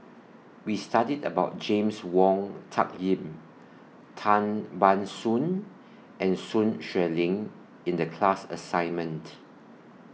We studied about James Wong Tuck Yim Tan Ban Soon and Sun Xueling in The class assignment